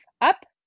up